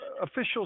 officials